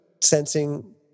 sensing